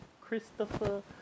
Christopher